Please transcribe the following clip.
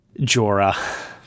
Jorah